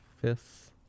Fifth